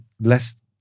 less